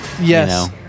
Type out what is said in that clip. Yes